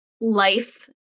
life